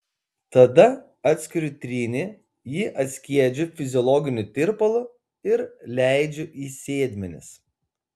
tada atskiriu trynį jį atskiedžiu fiziologiniu tirpalu ir leidžiu į sėdmenis